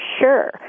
sure